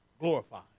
glorified